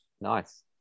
Nice